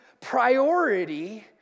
Priority